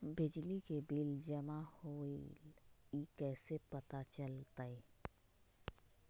बिजली के बिल जमा होईल ई कैसे पता चलतै?